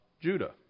Judah